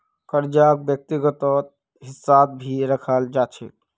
कर्जाक व्यक्तिगत हिस्सात भी रखाल जा छे